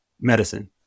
medicine